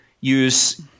use